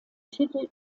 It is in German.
titel